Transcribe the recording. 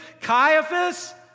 Caiaphas